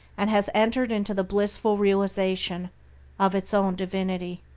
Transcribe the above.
and has entered into the blissful realization of its own divinity.